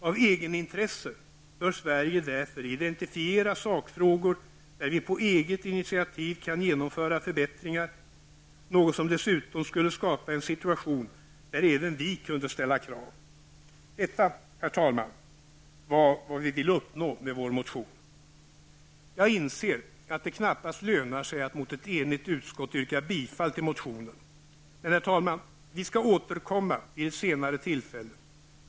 Av egenintresse bör Sverige därför identifiera sakfrågor där vi på eget initiativ kan genomföra förbättringar, något som dessutom skulle skapa en situation där även vi kunde ställa krav. Detta, herr talman, var vad vi ville uppnå med vår motion. Jag inser att det knappast lönar sig att mot ett enigt utskott yrka bifall till motionen. Men, herr talman, vi skall återkomma vid ett senare tillfälle.